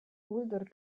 uldor